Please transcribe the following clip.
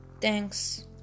Thanks